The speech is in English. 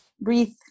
breathe